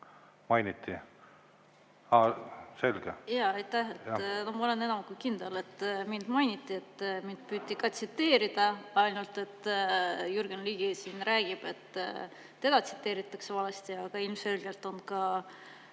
mainiti? Selge. Jaa, aitäh! Ma olen enam kui kindel, et mind mainiti. Mind püüti ka tsiteerida, ainult et Jürgen Ligi siin räägib, et teda tsiteeritakse valesti, aga ilmselgelt on ka